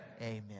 Amen